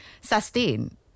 sustain